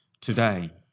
today